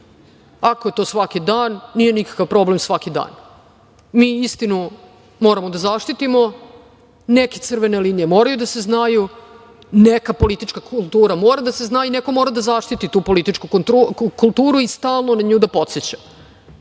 Ako je to svaki dan, nije nikakav problem svaki dan. Mi istinu moramo da zaštitimo. Neke crvene linije moraju da se znaju. Neka politička kultura mora da se zna i neko mora da zaštiti tu političku kulturu i stalno na nju da podseća. Psovanje